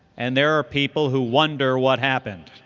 and there are people who wonder what happened.